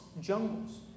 jungles